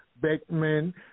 Beckman